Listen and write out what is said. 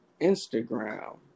Instagram